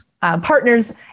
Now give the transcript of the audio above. partners